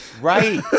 Right